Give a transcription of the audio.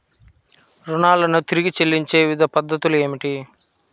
రుణాలను తిరిగి చెల్లించే వివిధ పద్ధతులు ఏమిటి?